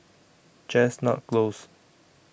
Chestnut Close